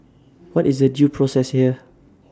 what is the due process here